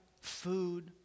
food